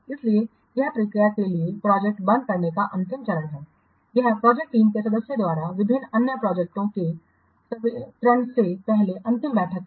इसलिए यह प्रक्रिया के लिए प्रोजेक्ट बंद करने का अंतिम चरण है यह प्रोजेक्ट टीम के सदस्यों द्वारा विभिन्न अन्य प्रोजेक्टओं के संवितरण से पहले अंतिम बैठक है